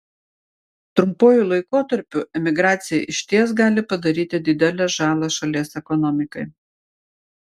trumpuoju laikotarpiu emigracija išties gali padaryti didelę žalą šalies ekonomikai